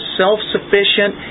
self-sufficient